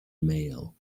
male